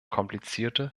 komplizierte